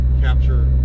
capture